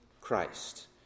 Christ